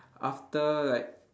after like